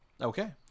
Okay